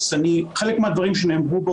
אז חלק מהדברים שנאמרו פה,